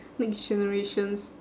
next generations